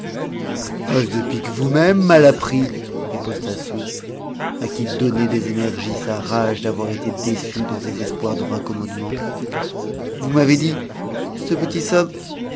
as de pique vous-même malappris riposta soupe à qui donnait des énergies sa rage d'avoir été déçu dans ses espoirs de raccommodement vous m'avez dit ce petit somme